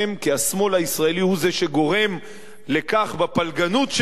כי השמאל הישראלי הוא זה שגורם לכך בפלגנות שלו,